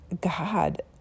God